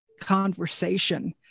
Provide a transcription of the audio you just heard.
conversation